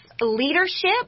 leadership